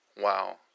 Wow